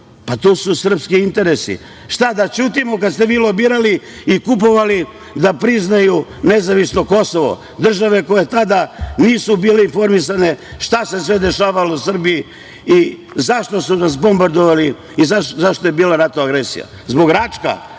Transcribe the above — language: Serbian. To su srpski interesi. Da ćutimo kad ste vi lobirali i kupovali da priznaju nezavisno Kosovo države koje tada nisu bile informisane šta se sve dešavalo u Srbiji i zašto su nas bombardovali i zašto je bila NATO agresija? Zbog Račka?